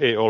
ei ole